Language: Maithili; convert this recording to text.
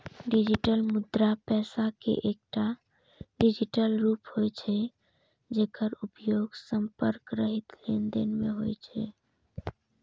डिजिटल मुद्रा पैसा के एकटा डिजिटल रूप होइ छै, जेकर उपयोग संपर्क रहित लेनदेन मे होइ छै